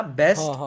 best